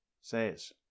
says